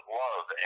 love